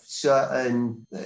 certain